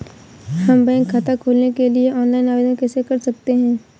हम बैंक खाता खोलने के लिए ऑनलाइन आवेदन कैसे कर सकते हैं?